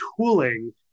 tooling